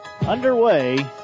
underway